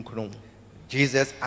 Jesus